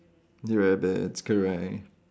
rabbits correct